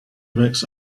rex